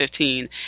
2015